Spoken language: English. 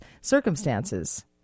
circumstances